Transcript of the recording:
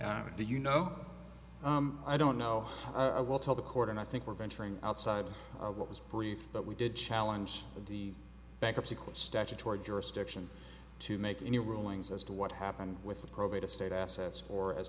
the you know i don't know how i will tell the court and i think we're venturing outside of what was brief but we did challenge the bankruptcy court statutory jurisdiction to make any rulings as to what happened with the probate of state assets or as